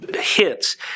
hits